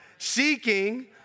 seeking